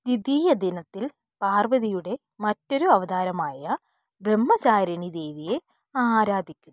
ദ്വിതീയ ദിനത്തിൽ പാർവതിയുടെ മറ്റൊരു അവതാരമായ ബ്രഹ്മചാരിണി ദേവിയെ ആരാധിക്കുന്നു